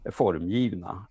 formgivna